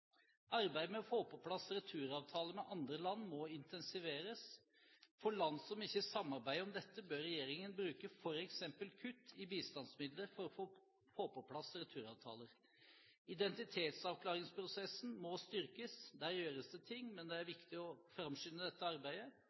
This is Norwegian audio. Arbeidet med å få på plass returavtaler med andre land må intensiveres. For land som ikke samarbeider om dette, bør regjeringen bruke f.eks. kutt i bistandsmidler for å få på plass returavtaler. Identitetsavklaringsprosessen må styrkes. Der gjøres det ting, men det er viktig å framskynde dette arbeidet.